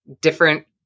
different